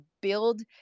build